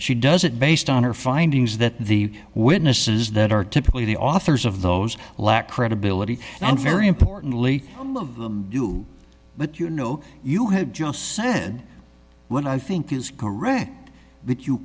she does it based on her findings that the witnesses that are typically the authors of those lack credibility and very importantly do what you know you have just said when i think is correct that you